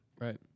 right